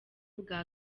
bwa